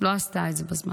לא עשתה את זה בזמן.